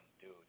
dude